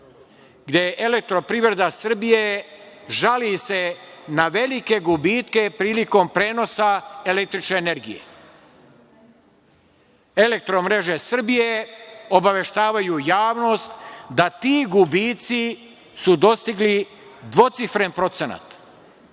gde se Elektroprivreda Srbije žali na velike gubitke prilikom prenosa električne energije. Elektromreže Srbije obaveštavaju javnost da ti gubici su dostigli dvocifren procenat.